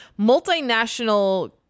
multinational